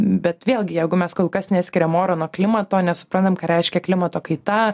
bet vėlgi jeigu mes kol kas neskiriam oro nuo klimato nesuprantam ką reiškia klimato kaita